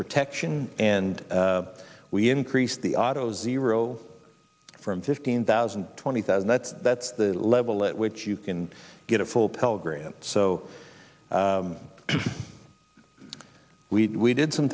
protection and we increased the auto zero from fifteen thousand twenty thousand that's that's the level at which you can get a full pell grant so we did some